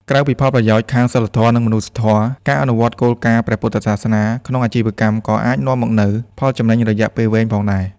ក្រៅពីផលប្រយោជន៍ខាងសីលធម៌ និងមនុស្សធម៌ ការអនុវត្តគោលការណ៍ព្រះពុទ្ធសាសនាក្នុងអាជីវកម្មក៏អាចនាំមកនូវ ផលចំណេញរយៈពេលវែង ផងដែរ។